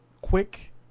quick